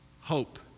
hope